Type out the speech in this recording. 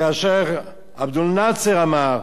כאשר עבד אל-נאצר אמר: